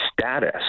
status